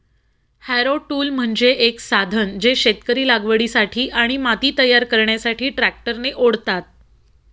Harrow tool म्हणजे एक साधन जे शेतकरी लागवडीसाठी आणि माती तयार करण्यासाठी ट्रॅक्टरने ओढतात